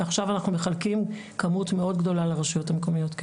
ועכשיו אנחנו מחלקים כמות מאוד גדולה לרשויות המקומיות.